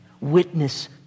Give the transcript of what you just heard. witness